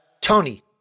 Tony